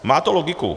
Má to logiku.